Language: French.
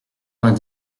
vingt